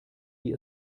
wie